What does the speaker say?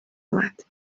اومد